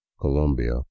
Colombia